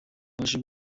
ubashe